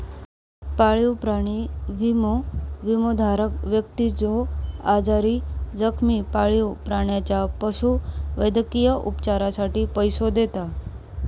पाळीव प्राणी विमो, विमोधारक व्यक्तीच्यो आजारी, जखमी पाळीव प्राण्याच्या पशुवैद्यकीय उपचारांसाठी पैसो देता